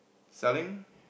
selling